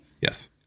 yes